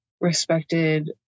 respected